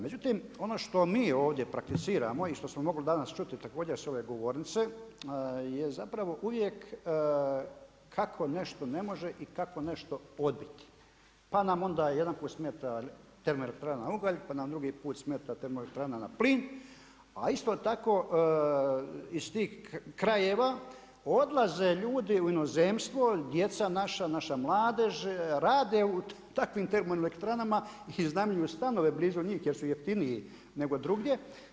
Međutim, ono što mi ovdje prakticiramo i što smo mogli danas čuti također sa ove govornice je zapravo uvijek kako nešto ne može i kako nešto odbiti, pa nam onda jedanput smeta termo elektrana na ugalj, pa nam drugi put smeta termo elektrana na plin, a isto tako iz tih krajeva odlaze ljudi u inozemstvo djeca naša, naša mladež, rade u takvim termo elektranama i iznajmljuju stanove blizu njih jer su jeftiniji nego drugdje.